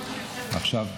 עכשיו,